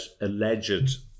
alleged